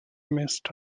missed